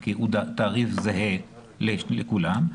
כי התעריף זהה לכולם,